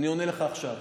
ואני עונה לך עכשיו,